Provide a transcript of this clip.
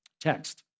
text